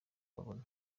babona